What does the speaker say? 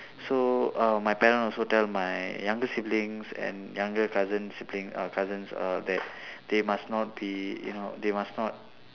so uh my parents also tell my younger siblings and younger cousin sibling uh cousin uh that they must not be you know they must not